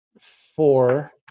four